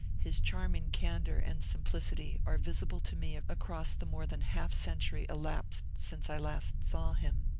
his charming candour and simplicity, are visible to me across the more than half century elapsed since i last saw him.